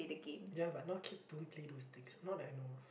ya but now kids don't play those things not that I know of